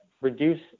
reduce